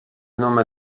nome